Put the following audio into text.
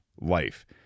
life